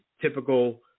typical